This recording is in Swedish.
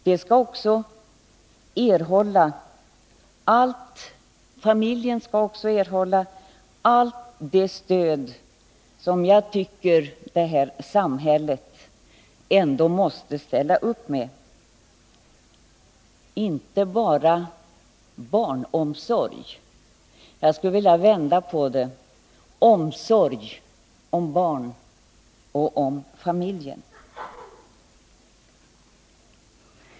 Det är viktigt att samhället på allt sätt ställer upp när aborter aktualiseras. Det gäller alltså inte bara omsorg om barnen, utan omsorg om både barnen och familjen.